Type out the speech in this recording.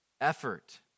effort